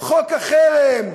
חוק החרם,